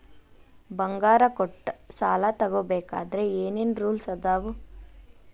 ಬಂಗಾರ ಕೊಟ್ಟ ಸಾಲ ತಗೋಬೇಕಾದ್ರೆ ಏನ್ ಏನ್ ರೂಲ್ಸ್ ಅದಾವು?